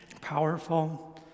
powerful